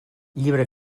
llibre